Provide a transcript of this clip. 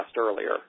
earlier